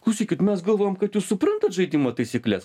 klausykit mes galvojom kad jūs suprantat žaidimo taisykles